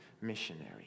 missionary